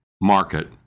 market